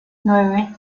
nueve